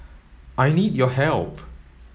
I need your help